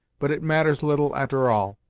but it matters little a'ter all.